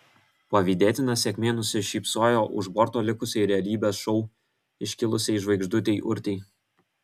pavydėtina sėkmė nusišypsojo už borto likusiai realybės šou iškilusiai žvaigždutei urtei